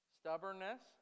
Stubbornness